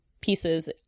pieces